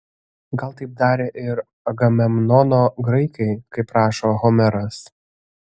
gal taip darė ir agamemnono graikai kaip rašo homeras